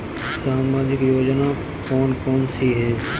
सामाजिक योजना कौन कौन सी हैं?